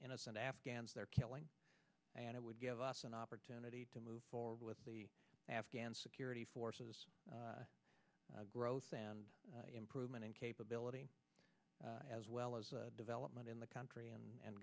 innocent afghans they're killing and it would give us an opportunity to move forward with the afghan security forces growth and improvement in capability as well as development in the country and